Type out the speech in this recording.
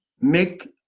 Make